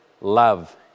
love